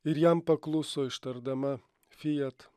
ir jam pakluso ištardama fiat